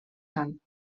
sant